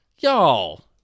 Y'all